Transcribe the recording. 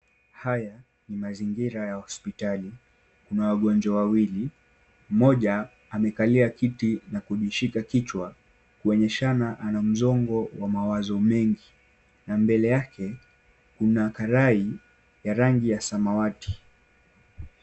Haya ni mazingira ya hospitali. Kuna wagonjwa wawili, mmoja amekalia kiti na kujishika kichwa kuonyeshana ana msongo wa mawazo mengi na mbele yake kuna karai ya rangi ya samawati.